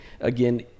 again